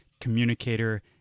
communicator